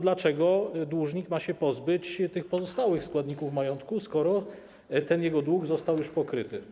Dlaczego dłużnik ma się pozbyć tych pozostałych składników majątku, skoro ten jego dług został już pokryty?